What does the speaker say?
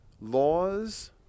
laws